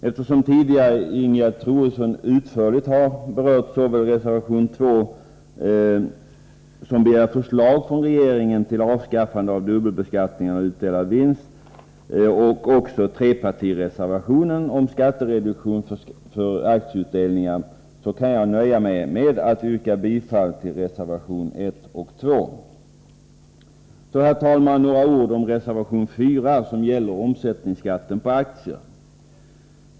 Eftersom Ingegerd Troedsson tidigare utförligt har berört såväl reservation 2, som begär förslag från regeringen om avskaffande av dubbelbeskattningen på utdelad vinst, som trepartireservation om skattereduktion för aktieutdelningar kan jag nöja mig med att yrka bifall till reservationerna 1 och 2. Så, herr talman, några ord om reservation 4, som gäller omsättningsskatten på aktier.